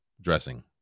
dressing